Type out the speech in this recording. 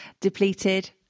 depleted